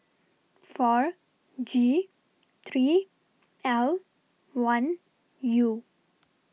four G three L one U